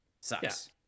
sucks